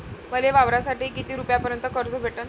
मले वावरासाठी किती रुपयापर्यंत कर्ज भेटन?